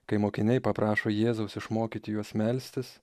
kai mokiniai paprašo jėzaus išmokyti juos melstis